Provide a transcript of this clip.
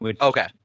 Okay